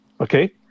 Okay